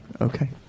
Okay